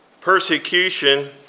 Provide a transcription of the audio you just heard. Persecution